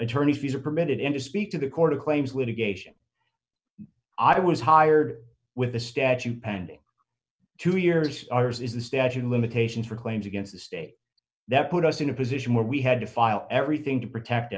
attorney fees are permitted in to speak to the court of claims litigation i was hired with a statute pending two years ours is the statute of limitations for claims against the state that put us in a position where we had to file everything to protect